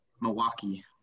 Milwaukee